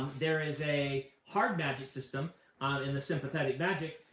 there is a hard magic system in the sympathetic magic,